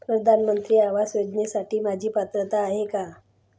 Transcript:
प्रधानमंत्री आवास योजनेसाठी माझी पात्रता आहे का?